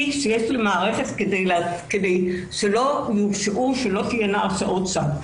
שיש למערכת כדי שלא יהיו הרשעות שווא.